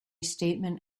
statement